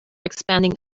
expanding